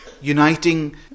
uniting